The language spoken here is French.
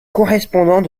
correspondant